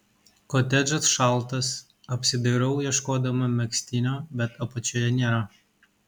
kotedžas šaltas apsidairau ieškodama megztinio bet apačioje nėra